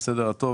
זה בסדר,